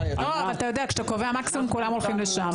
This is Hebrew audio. אתה יודע, כשאתה קובע מקסימום כולם הולכים לשם.